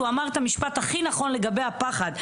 את המשפט הכי נכון לגבי הפחד,